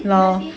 lor